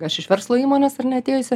aš iš verslo įmonės ar ne atėjusi